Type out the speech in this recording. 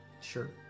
sure